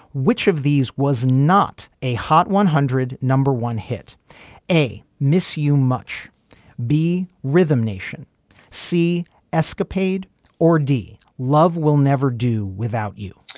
which of these was not a hot one hundred. number one hit a miscue much b rhythm nation c escapade or d love will never do without you.